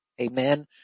Amen